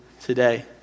today